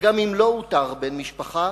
וגם אם לא אותר בן משפחה,